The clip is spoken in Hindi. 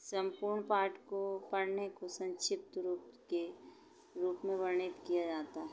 सम्पूर्ण पाठ को पढ़ने को संक्षिप्त रूप के रूप में वर्णित किया जाता है